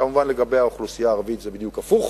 כמובן, לגבי האוכלוסייה הערבית זה בדיוק הפוך.